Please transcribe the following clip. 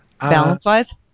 balance-wise